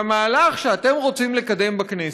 והמהלך שאתם רוצים לקדם בכנסת,